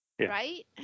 right